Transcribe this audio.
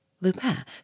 Lupin